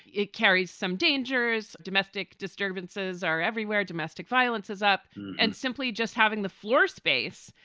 it carries some dangers. domestic disturbances are everywhere. domestic violence is up and simply just having the floor space.